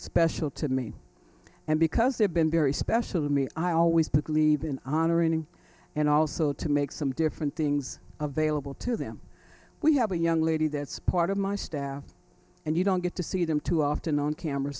special to me and because they've been very special to me i always put leave in honoring and also to make some different things available to them we have a young lady that's part of my staff and you don't get to see them too often on camera